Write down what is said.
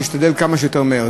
אני אשתדל כמה שיותר מהר.